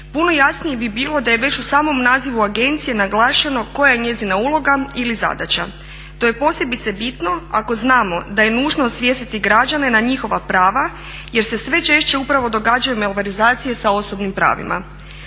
Puno jasnije bi bilo da je već u samom nazivu agencije naglašeno koja je njezina uloga ili zadaća. To je posebice bitno ako znamo da je nužno osvijestiti građane na njihova prava, jer se sve češće upravo događaju malverzacije sa osobnim pravima.